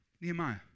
Nehemiah